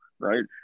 right